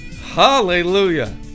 hallelujah